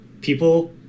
people